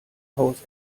haus